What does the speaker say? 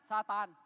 Satan